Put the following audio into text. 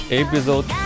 episode